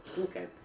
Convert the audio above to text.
Okay